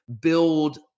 build